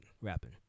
rapping